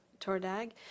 Tordag